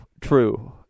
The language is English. true